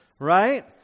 Right